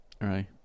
Right